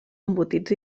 embotits